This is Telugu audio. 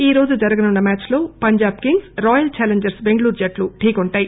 ఈ రోజు జరగనున్న మ్యాచ్ లో Punjab Kings Royal Challengers Bengaluru జట్టు ఢీకొంటాయి